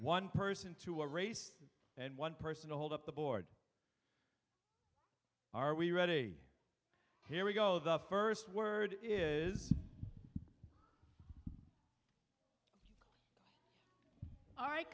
one person to a race and one person to hold up the board are we ready here we go the first word is all right